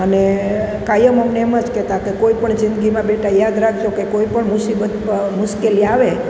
અને કાયમ અમને એમ જ કહેતાં કે કોઈપણ જિંદગીમાં બેટા યાદ રાખજો કે કોઈપણ મુસીબત મુશ્કેલી આવે